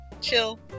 Chill